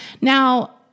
Now